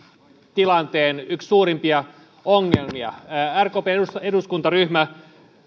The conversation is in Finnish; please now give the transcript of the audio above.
tilanteen suurimpia ongelmia rkpn eduskuntaryhmä